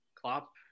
Klopp